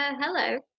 hello